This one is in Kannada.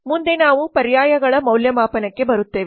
ಮುಂದೆ ನಾವು ಪರ್ಯಾಯಗಳ ಮೌಲ್ಯಮಾಪನಕ್ಕೆ ಬರುತ್ತೇವೆ